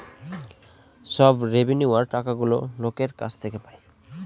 সব রেভিন্যুয়র টাকাগুলো লোকের কাছ থেকে পায়